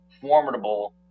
formidable